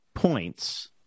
points